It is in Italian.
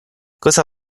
cosa